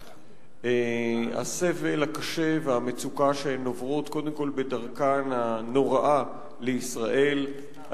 הסבל הקשה והמצוקה שהן עוברות קודם כול בדרכן הנוראה לישראל,